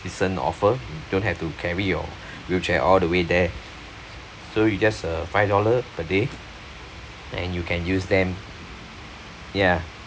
decent offer you don't have to carry your wheelchair all the way there so it's just uh five dollar per day and you can use them ya